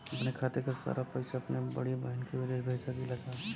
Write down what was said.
अपने खाते क सारा पैसा अपने बड़ी बहिन के विदेश भेज सकीला का?